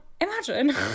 Imagine